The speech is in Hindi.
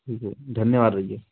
ठीक है धन्यवाद भैया